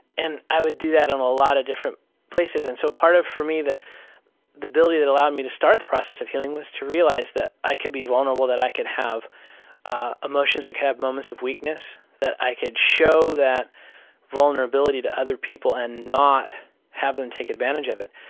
and i would do that in a lot of different places. and so part of, for me, the the ability that allowed me to start the process of healing was to realize that i can be vulnerable, that i can have ah emotions, i can have moments of weakness, that i can show that vulnerability to other people and not have them take advantage of it.